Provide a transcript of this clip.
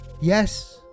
Yes